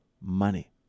money